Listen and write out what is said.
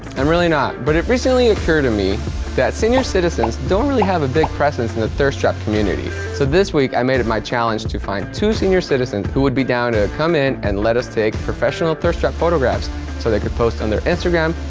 i'm really not. but it recently occurred to me that senior citizens don't really have a big presence in the thirst trap community, so this week i made it my challenge to find two senior citizens who would be down to come in and let us take professional thirst trap photographs so they can post on their instagram,